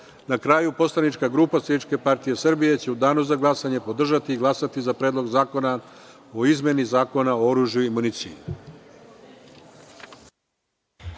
kraju, poslanička grupa SPS će u danu za glasanje podržati i glasati za Predlog zakona o izmeni Zakona o oružju i municiji.